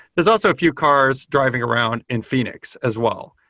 there're also a few cars driving around in phoenix as well.